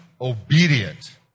obedient